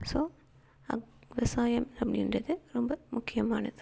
so விவசாயம் அப்படின்றது ரொம்ப முக்கியமானது